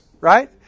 right